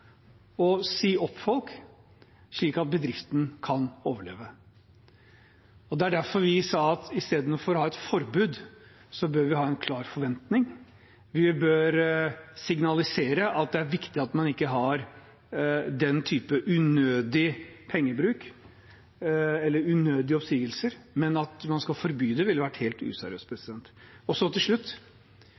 si opp folk, slik at bedriften kan overleve. Det er derfor vi sa at vi istedenfor å ha et forbud bør ha en klar forventning, vi bør signalisere at det er viktig at man ikke har den typen unødig pengebruk eller unødige oppsigelser. Men at man skulle forby det, ville vært helt